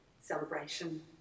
celebration